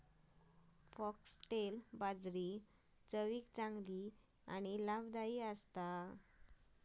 foxtail बाजरी चवीक चांगली आणि लाभदायी असता